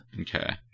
Okay